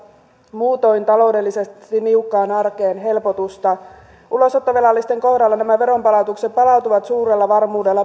muutoin taloudellisesti niukkaan arkeen helpotusta ulosottovelallisten kohdalla nämä veronpalautukset palautuvat suurella varmuudella